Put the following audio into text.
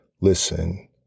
Listen